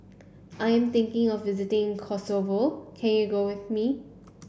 I am thinking of visiting Kosovo can you go with me